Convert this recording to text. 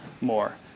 more